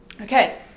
okay